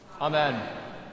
Amen